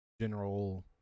general